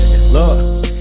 look